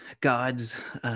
gods